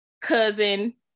cousin